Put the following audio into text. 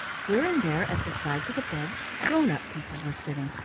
here and there at the sides of the beds grown-up people were sitting,